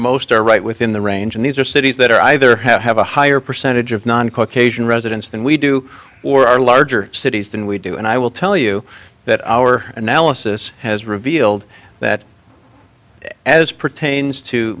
most are right within the range and these are cities that are either have a higher percentage of non caucasian residents than we do or are larger cities than we do and i will tell you that our analysis has revealed that as pertains to